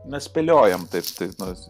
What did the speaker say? mes spėliojam taip taip nors